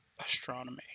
astronomy